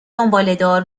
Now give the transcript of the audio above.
دنبالهدار